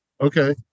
Okay